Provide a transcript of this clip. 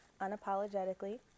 Unapologetically